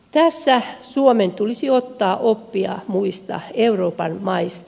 tässä suomen tulisi ottaa oppia muista euroopan maista